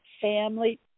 family